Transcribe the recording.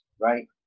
right